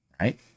right